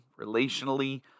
relationally